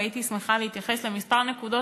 והייתי שמחה להתייחס לכמה נקודות